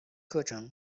课程